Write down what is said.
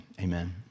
Amen